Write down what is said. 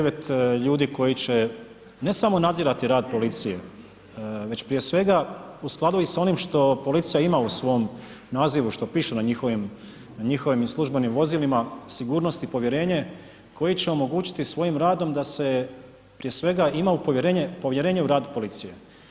9 ljudi koji će ne samo nadzirati rad policije, već prije svega u skladu i s onim što policija ima u svom nazivu, što piše na njihovim službenim vozilima sigurnost i povjerenje koji će omogućiti svojim radom da se prije svega ima povjerenje u rad policije.